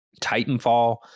Titanfall